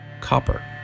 Copper